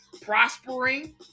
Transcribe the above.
prospering